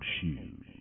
shoes